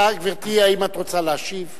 גברתי, האם את רוצה להשיב?